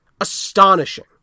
Astonishing